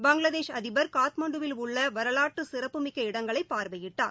பங்ளாதேஷ் அதிபர் காட்மாண்டுவில் உள்ள வரவாற்று சிறப்புமிக்க இடங்களை பார்வையிட்டார்